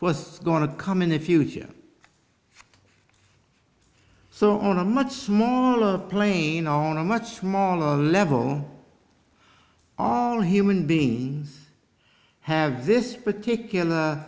was going to come in a future so on a much smaller plane on a much smaller level all human beings have this particular